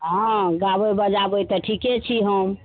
हँ गाबय बजाबय तऽ ठीके छी हम